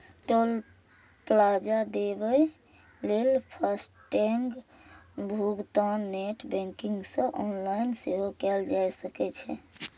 टोल plaza देबय लेल FASTag भुगतान नेट बैंकिंग सं ऑनलाइन सेहो कैल जा सकै छै